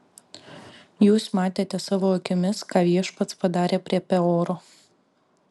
jūs matėte savo akimis ką viešpats padarė prie peoro